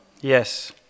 Yes